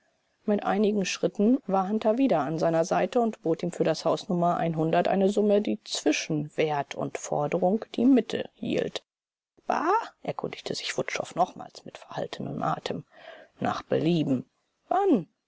mit einigen schritten war hunter wieder an seiner seite und bot ihm für das haus nr eine summe die zwischen wert und forderung die mitte hielt bar erkundigte sich wutschow nochmals mit verhaltenem atem nach belieben wann